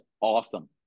awesome